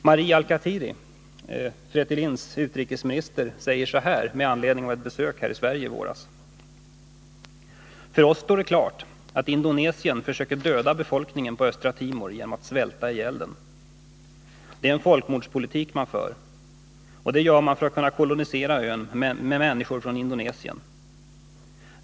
Mari Alkatiri, Fretilins utrikesminister, säger med anledning av ett besök här i Sverige i våras: ”För oss står det klart att Indonesien försöker döda befolkningen på Östra Timor genom att svälta ihjäl den. Det är en folkmordspolitik man för, och det gör man för att kunna kolonisera ön med människor från Indonesien.